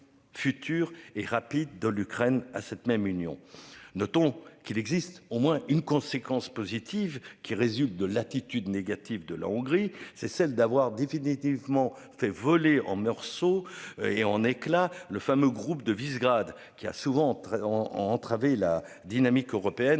et rapide de l'Ukraine à cette même Union. Notons qu'il existe au moins une conséquence positive qui résulte de l'attitude négative de la Hongrie, c'est celle d'avoir définitivement fait voler en morceaux et en éclats le fameux groupe de Visegrad qui a souvent en entraver la dynamique européenne